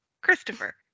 Christopher